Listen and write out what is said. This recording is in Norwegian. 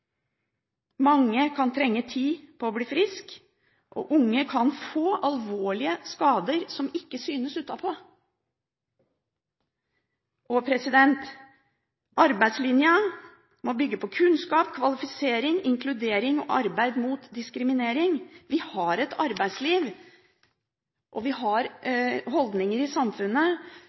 Mange kan trenge tid på å bli friske, og unge kan få alvorlige skader som ikke synes utenpå. Arbeidslinja må bygge på kunnskap, kvalifisering, inkludering og arbeid mot diskriminering. Vi har et arbeidsliv, og vi har holdninger i samfunnet